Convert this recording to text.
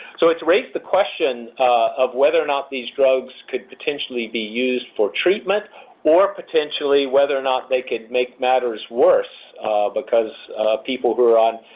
so, it's raised the question of whether or not these drugs could potentially be used for treatment or potentially whether or not they could make matters worse because people who are on